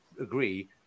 agree